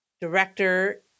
director